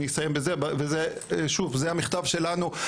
ושוב זה המכתב שלנו,